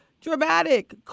Dramatic